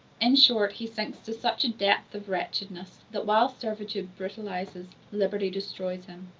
in short, he sinks to such a depth of wretchedness, that while servitude brutalizes, liberty destroys him.